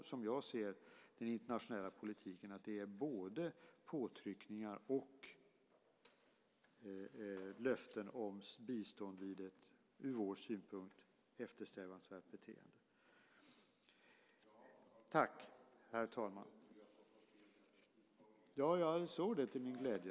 Som jag ser på den internationella politiken är både påtryckningar och löften om bistånd ett ur vår synpunkt eftersträvansvärt beteende.